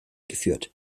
geführt